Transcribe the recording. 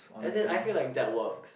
as in I feel like that works